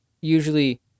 usually